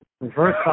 reverse